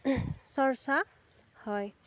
চৰ্চা হয়